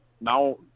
now